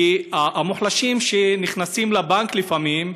כי המוחלשים שנכנסים לבנק, לפעמים,